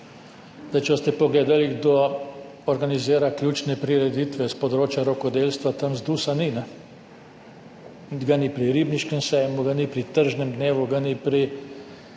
Zdaj, če boste pogledali kdo organizira ključne prireditve s področja rokodelstva, tam ZDUS-a ni. Niti ni pri Ribniškem sejmu, ga ni pri Tržnem dnevu, ga ni pri